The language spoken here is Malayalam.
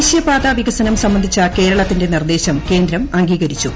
ദേശീയപാത വികസനം സംബന്ധിച്ച കേരളത്തിന്റെ നിർദ്ദേശം കേന്ദ്രം ന് അംഗീകരിച്ചു